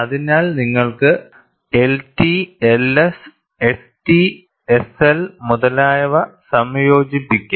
അതിനാൽ നിങ്ങൾക്ക് LT LS ST SL മുതലായവ സംയോജിപ്പിക്കാം